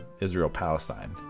Israel-Palestine